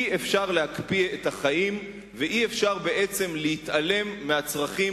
אי-אפשר להקפיא את החיים ואי-אפשר להתעלם מהצרכים